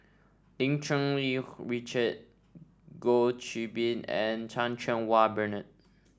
Lim Cherng Yih Richard Goh Qiu Bin and Chan Cheng Wah Bernard